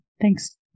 Thanks